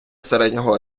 середнього